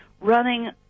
running